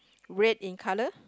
red in colour